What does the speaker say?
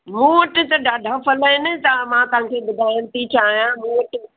मूं वटि त ॾाढा फल आहिनि तव्हां मां तव्हांखे ॿुधाइणु थी चाहियां मूं वटि